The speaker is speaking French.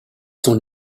son